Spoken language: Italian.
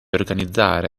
organizzare